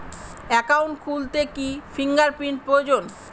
Account খুলতে কি fingerprint প্রয়োজন?